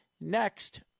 next